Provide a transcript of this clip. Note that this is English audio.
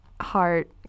heart